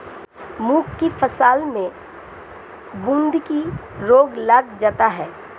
मूंग की फसल में बूंदकी रोग लग जाता है